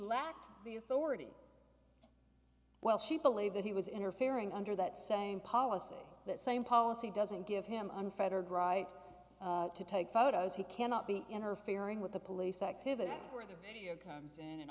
lacked the authority well she believed that he was interfering under that same policy that same policy doesn't give him unfettered right to take photos he cannot be interfering with the police activities where the video comes in and